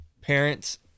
parents